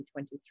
2023